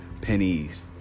Pennies